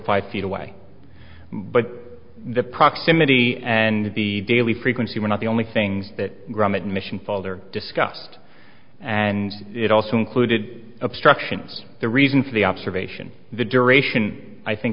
five feet away but the proximity and the daily frequency were not the only things that grommet mission folder discussed and it also included obstructions the reason for the observation the duration i think